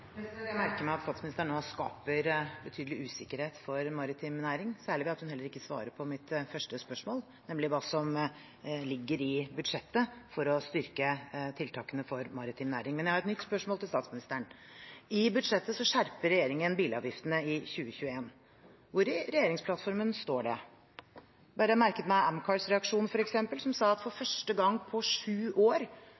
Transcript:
Jeg merker meg at statsministeren nå skaper betydelig usikkerhet for maritim næring, særlig ved at hun heller ikke svarer på mitt første spørsmål, nemlig hva som ligger i budsjettet for å styrke tiltakene for maritim næring. Men jeg har et nytt spørsmål til statsministeren. I budsjettet skjerper regjeringen bilavgiftene i 2021. Hvor i regjeringsplattformen står det? Jeg har merket meg Amcars reaksjon, f.eks., som sa at for